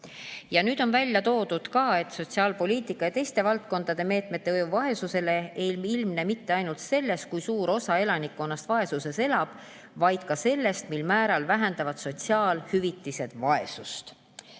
Nüüd on välja toodud ka, et sotsiaalpoliitika ja teiste valdkondade meetmete mõju vaesusele ei ilmne mitte ainult selles, kui suur osa elanikkonnast vaesuses elab, vaid ka selles, mil määral vähendavad sotsiaalhüvitised vaesust.